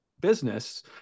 business